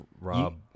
rob